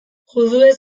juduez